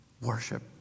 Worship